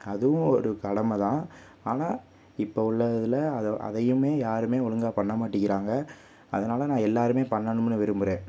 அதுவும் ஒரு கடமை தான் ஆனால் இப்போது உள்ள இதில் அதை அதையும் யாரும் ஒழுங்காக பண்ண மாட்டேங்கிறாங்க அதனால் நான் எல்லோருமே பண்ணணும்னு விரும்புகிறேன்